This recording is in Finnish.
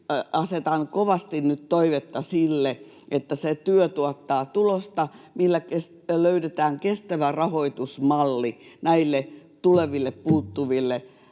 asetan kovasti nyt toivetta, että se työ tuottaa tulosta, millä löydetään kestävä rahoitusmalli näille tuleville puuttuville